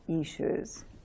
issues